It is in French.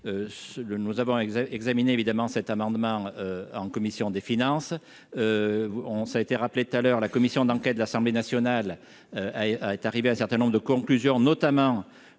nous avons accès évidemment cet amendement en commission des finances on, ça a été rappelé tout à l'heure, la commission d'enquête de l'Assemblée nationale ah est arrivé un certain nombre de conclusions, notamment